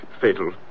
fatal